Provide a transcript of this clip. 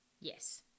Yes